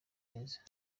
neza